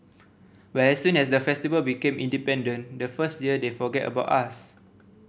but as soon as the Festival became independent the first year they forgot about us